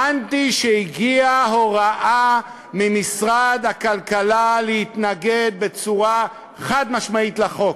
הבנתי שהגיעה הוראה ממשרד הכלכלה להתנגד בצורה חד-משמעית לחוק.